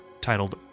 titled